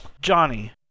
Johnny